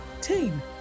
Team